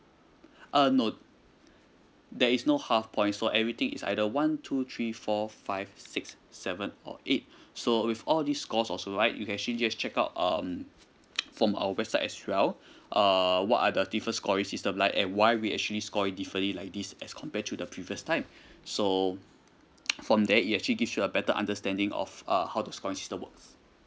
uh no there is no half points for everything is either one two three four five six seven or eight so with all this scores also right you can actually just check out um from our website as well uh what are the different scoring system like and why we actually score it differently like this as compared to the previous time so from there it actually give you a better understanding of uh how the scoring system works